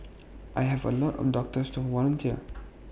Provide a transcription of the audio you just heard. I have A lot of doctors who volunteer